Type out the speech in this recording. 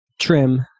trim